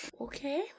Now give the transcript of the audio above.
okay